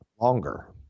longer